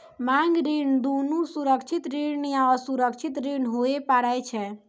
मांग ऋण दुनू सुरक्षित ऋण या असुरक्षित ऋण होय पारै छै